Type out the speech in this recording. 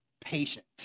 patient